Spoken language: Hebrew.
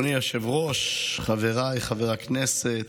אדוני היושב-ראש, חבריי חברי הכנסת,